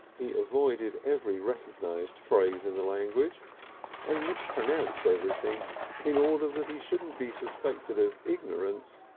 he avoided every recognised phrase in the language and mispronounced everything in order that he shouldn't be suspected of ignorance,